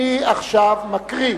אני עכשיו מקריא,